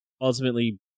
ultimately